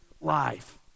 life